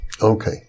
Okay